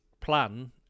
plan